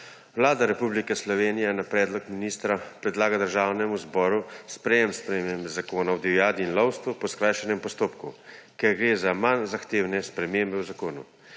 Vlada Republike Slovenije na predlog ministra predlaga Državnemu zboru sprejetje sprememb Zakona o divjadi in lovstvu po skrajšanem postopku, ker gre za manj zahtevne spremembe v zakonu.